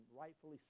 rightfully